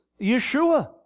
Yeshua